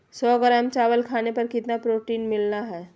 सौ ग्राम चावल खाने पर कितना प्रोटीन मिलना हैय?